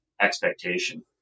expectation